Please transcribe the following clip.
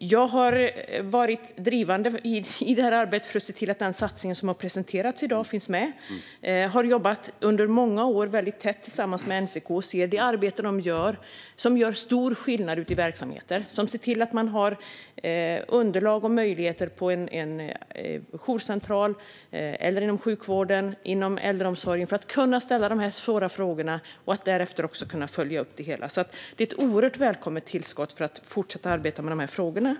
Jag har varit drivande i detta arbete för att se till att den satsning som presenterats i dag finns med. Jag har under många år jobbat tätt tillsammans med NCK och ser det arbete de gör. Det gör stor skillnad ute i verksamheter. NCK ser till att man har underlag på jourcentraler och inom sjukvården och äldreomsorgen för att kunna ställa de svåra frågorna och därefter också kunna följa upp. Satsningen är ett oerhört välkommet tillskott för att fortsätta med dessa frågor.